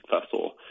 festival